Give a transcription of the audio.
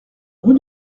rue